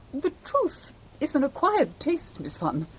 the truth is an acquired taste, miss funn.